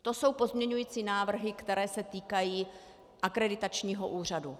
To jsou pozměňovací návrhy, které se týkají akreditačního úřadu.